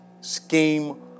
scheme